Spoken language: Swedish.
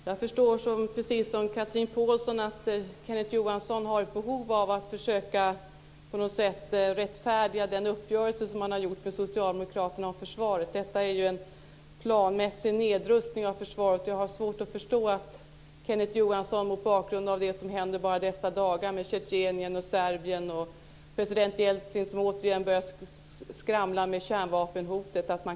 Fru talman! Jag förstår, precis som Chatrine Pålsson, att Kenneth Johansson har ett behov av att på något sätt försöka rättfärdiga den uppgörelse som man har gjort med Socialdemokraterna om försvaret. Detta är ju en planmässig nedrustning av försvaret. Jag har svårt att förstå att Kenneth Johanssons och Centerpartiets säkerhetspolitiska bedömning mot bakgrund av det som händer bara i dessa dagar med Tjetjenien och Serbien och president Jeltsin som återigen börjar skramla med kärnvapenhotet.